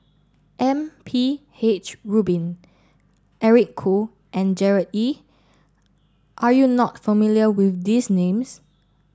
M P H Rubin Eric Khoo and Gerard Ee are you not familiar with these names